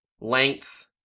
length